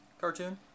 cartoon